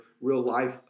real-life